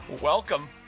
welcome